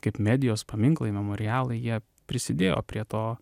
kaip medijos paminklai memorialai jie prisidėjo prie to